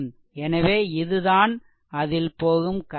எனவே இதுதான் அதில் போகும் கரண்ட்